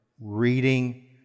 reading